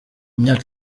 myaka